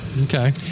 Okay